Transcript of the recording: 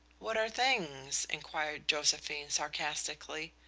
what are things? inquired josephine, sarcastically.